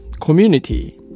community